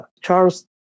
Charles